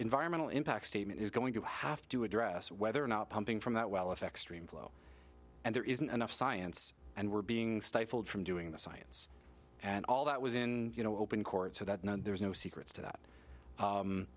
environmental impact statement is going to have to address whether or not pumping from that well if extreme flow and there isn't enough science and we're being stifled from doing the science and all that was in you know open court so that no there's no secrets to that